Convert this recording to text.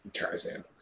Tarzan